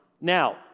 Now